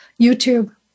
YouTube